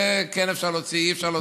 וכן אפשר להוציא, אי-אפשר להוציא.